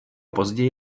později